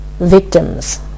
victims